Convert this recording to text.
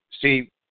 see